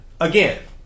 Again